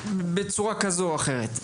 בצורה כזו או אחרת.